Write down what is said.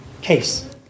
case